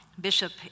Bishop